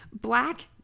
black